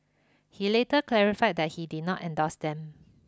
he later clarify that he did not endorse them